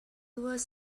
was